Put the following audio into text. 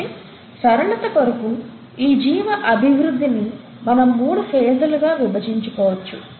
కాబట్టి సరళత కొరకు ఈ జీవ అభివృద్ధిని మనం మూడు ఫేసులు గా విభజించుకోవచ్చు